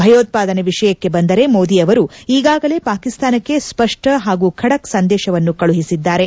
ಭಯೋತ್ಪಾದನೆ ವಿಷಯಕ್ಕೆ ಬಂದರೆ ಮೋದಿ ಅವರು ಈಗಾಗಲೇ ಪಾಕಿಸ್ತಾನಕ್ಕೆ ಸ್ವಷ್ಟ ಹಾಗೂ ಖಡಕ್ ಸಂದೇಶವನ್ನು ಕಳುಹಿಸಿದ್ದಾರೆ